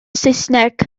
saesneg